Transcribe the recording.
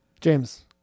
James